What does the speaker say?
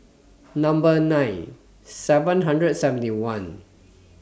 Number nine seven hundred and seventy one